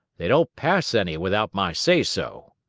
they don't pass any without my say so.